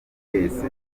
twese